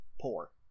poor